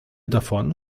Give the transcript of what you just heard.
davon